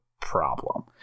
problem